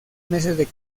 meses